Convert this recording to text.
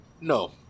No